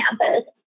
campus